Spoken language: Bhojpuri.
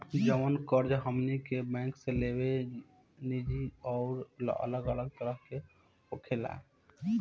जवन कर्ज हमनी के बैंक से लेवे निजा उ अलग अलग तरह के होखेला